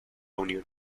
unión